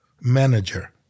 manager